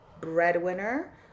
breadwinner